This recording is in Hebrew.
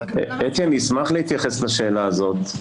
אני אשמח להתייחס לשאלה הזאת.